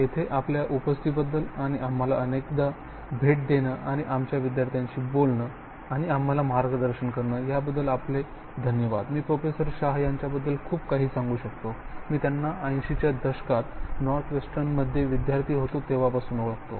एथे आपल्या उपस्थितीबद्दल आणि आम्हाला अनेकदा भेट देणं आणि आमच्या विद्यार्थ्यांशी बोलणं आणि आम्हाला मार्गदर्शन करणं याबद्दल आपले धन्यवाद मी प्रोफेसर शाह यांच्याबद्दल खूप काही सांगू शकतो मी त्यांना 80 च्या दशकात नॉर्थवेस्टर्नमध्ये विद्यार्थी होतो तेव्हापासून ओळखतो